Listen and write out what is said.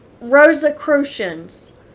rosicrucians